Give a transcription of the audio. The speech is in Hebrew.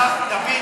דוד, בדף,